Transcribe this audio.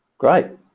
great